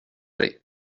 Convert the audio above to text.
lait